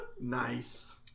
Nice